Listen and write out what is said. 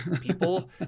people